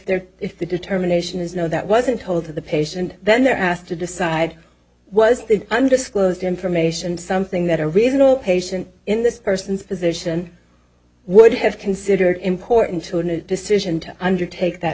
there if the determination is know that wasn't told to the patient then they're asked to decide was the undisclosed information something that a reasonable patient in this person's position would have considered important to a decision to undertake that